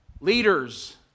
leaders